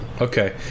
Okay